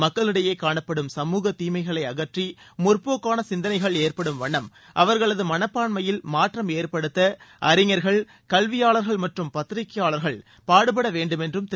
மக்களிடையே காணப்படும் சமூக தீஸ்களை அகற்றி முற்போக்கான சிந்தனைகள் ஏற்படும் வண்ணம் அவர்களது மனப்பான்மையில் மாற்றம் ஏற்படுத்த அறிஞர்கள் கல்வியாளர்கள் மற்றம் பத்திரிக்கையாளர்கள் பாடுபட வேண்டும் என்றும் திரு